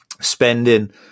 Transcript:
spending